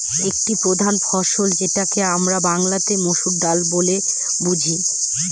একটি প্রধান ফসল যেটাকে আমরা বাংলাতে মসুর ডাল বলে বুঝি